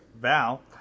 Val